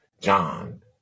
John